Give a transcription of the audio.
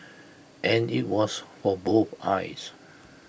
and IT was for both eyes